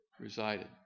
resided